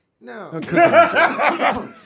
No